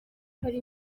muri